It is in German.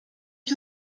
ich